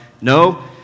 No